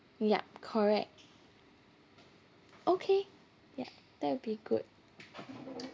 ya correct okay ya that would be good